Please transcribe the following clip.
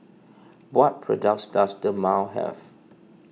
what products does Dermale have